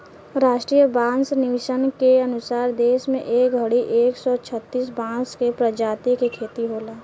राष्ट्रीय बांस मिशन के अनुसार देश में ए घड़ी एक सौ छतिस बांस के प्रजाति के खेती होला